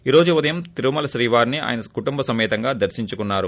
ఈ రోజు ఉదయం తిరుమల శ్రీవారిని ఆయన కుటుంబసమేతంగా దర్పించుకున్నారు